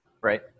Right